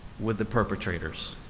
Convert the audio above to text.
with the perpetrators.